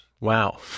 Wow